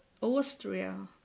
Austria